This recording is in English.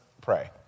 pray